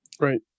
right